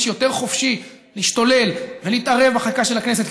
יותר חופשי להשתולל ולהתערב בחקיקה של הכנסת,